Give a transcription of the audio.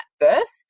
first